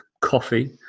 coffee